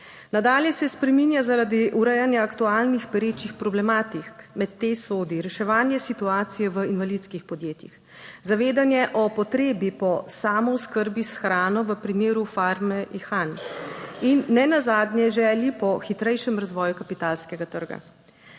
(Nadaljevanje) zaradi urejanja aktualnih perečih problematik. Med te sodi reševanje situacije v invalidskih podjetjih, zavedanje o potrebi po samooskrbi s hrano v primeru Farme Ihan in ne nazadnje želji po hitrejšem razvoju kapitalskega trga.